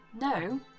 No